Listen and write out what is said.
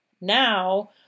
now